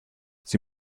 sie